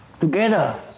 together